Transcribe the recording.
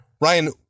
Ryan